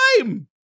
time